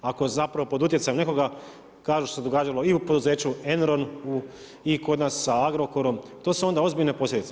Ako zapravo pod utjecajem nekoga kažu što se događalo i u poduzeću … i kod nas sa Agrokorom, to su onda ozbiljne posljedice.